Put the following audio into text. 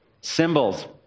Symbols